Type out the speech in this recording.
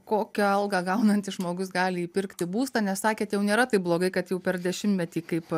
kokią algą gaunantis žmogus gali įpirkti būstą nes sakėt jau nėra taip blogai kad jau per dešimtmetį kaip